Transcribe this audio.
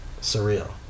surreal